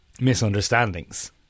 Misunderstandings